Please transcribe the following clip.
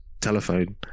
telephone